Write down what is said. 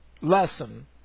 lesson